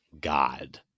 God